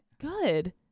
Good